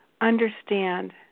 understand